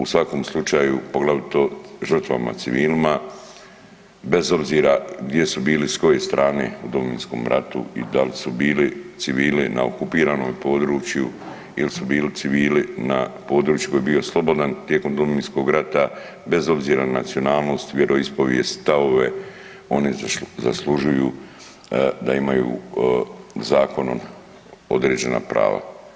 U svakom slučaju poglavito žrtvama civilima bez obzira gdje su bili sa koje strane u Domovinskom ratu i da li su bili civili na okupiranom području ili su bili civili na području koji je bio slobodan tijekom Domovinskog rata, bez obzira na nacionalnost, vjeroispovijest, stavove, oni zaslužuju da imaju zakonom određena prava.